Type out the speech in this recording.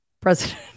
president